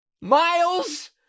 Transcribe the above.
Miles